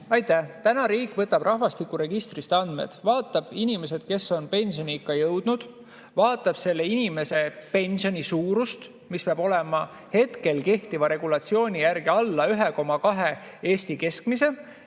Aitäh! Täna riik võtab rahvastikuregistrist andmed, vaatab inimesi, kes on pensioniikka jõudnud, vaatab selle inimese pensioni suurust, mis peab olema hetkel kehtiva regulatsiooni järgi alla 1,2 Eesti keskmise.